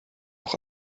auch